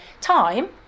time